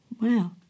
wow